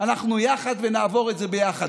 אנחנו יחד ונעבור את זה יחד.